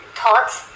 thoughts